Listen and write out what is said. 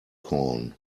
corn